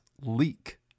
leak